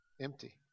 empty